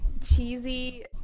cheesy